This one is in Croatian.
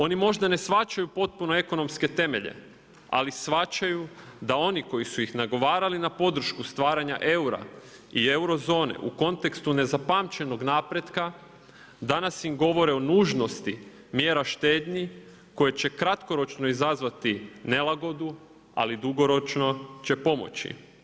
Oni možda ne shvaćaju potpuno ekonomske temelje, ali shvaćaju, da oni koji su ih nagovarali na podršku stvaranja eura i euro zone u kontekstu nezapamćenog napretka danas im govori o nužnosti mjera štednji koje će kratkoročno izazvati nelagodu, ali dugoročno će pomoći.